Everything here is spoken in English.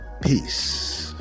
peace